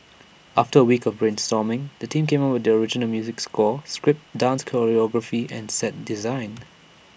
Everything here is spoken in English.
after weeks of brainstorming the team came up with the original music score script dance choreography and set design